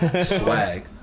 Swag